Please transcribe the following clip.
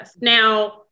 Now